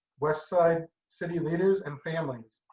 west side city leaders and families?